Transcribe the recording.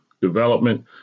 development